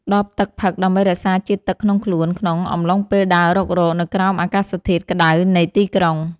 ដបទឹកផឹកដើម្បីរក្សាជាតិទឹកក្នុងខ្លួន ក្នុងអំឡុងពេលដើររុករកនៅក្រោមអាកាសធាតុក្ដៅនៃទីក្រុង។